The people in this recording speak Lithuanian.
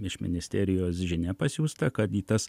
iš ministerijos žinia pasiųsta kad į tas